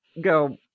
go